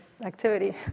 activity